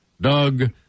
Doug